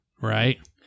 right